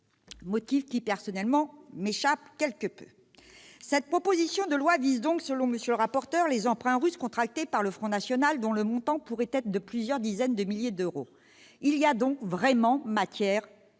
motif qui, personnellement, m'échappe quelque peu ... Cette proposition de loi vise donc, selon M. le rapporteur, les emprunts russes contractés par le Front national, dont le montant pourrait être de plusieurs dizaines de milliers d'euros. Il y a donc matière à